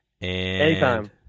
Anytime